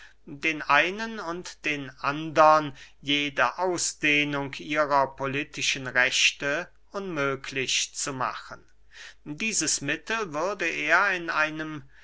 den einen und den andern jede ausdehnung ihrer politischen rechte unmöglich zu machen dieses mittel würde er in einem